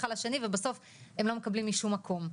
על השני ובסוף הם לא מקבלים משום מקום.